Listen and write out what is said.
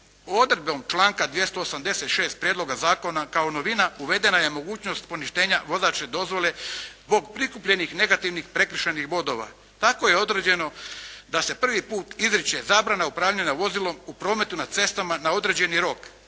Odredbom članka 286. prijedloga zakona kao novina uvedena je mogućnost poništenja vozačke dozvole zbog prikupljenih negativnih prekršajnih bodova. Tako je određeno da se prvi put izriče zabrana upravljanja vozilom u prometu na cestama na određeni rok,